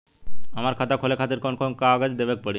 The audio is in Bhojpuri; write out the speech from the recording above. हमार खाता खोले खातिर कौन कौन कागज देवे के पड़ी?